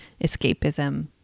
escapism